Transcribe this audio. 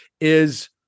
is-